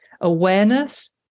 Awareness